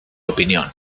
opinión